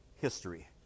history